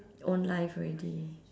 own life already